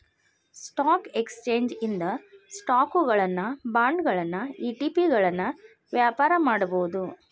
stock exchange ಇಂದ ಸ್ಟಾಕುಗಳನ್ನ ಬಾಂಡ್ಗಳನ್ನ ಇ.ಟಿ.ಪಿಗಳನ್ನ ವ್ಯಾಪಾರ ಮಾಡಬೋದು